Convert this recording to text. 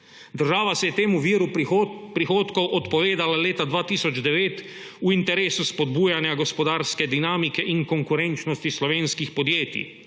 Država se je temu viru prihodkov odpovedala leta 2009 v interesu spodbujanja gospodarske dinamike in konkurenčnosti slovenskih podjetij.